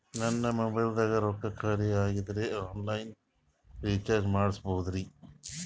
ನನ್ನ ಮೊಬೈಲದಾಗ ರೊಕ್ಕ ಖಾಲಿ ಆಗ್ಯದ್ರಿ ಆನ್ ಲೈನ್ ರೀಚಾರ್ಜ್ ಮಾಡಸ್ಬೋದ್ರಿ?